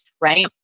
right